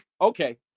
okay